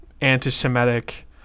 anti-semitic